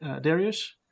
Darius